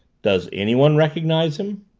does anyone recognize him?